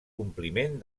compliment